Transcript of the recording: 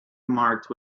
marked